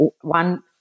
one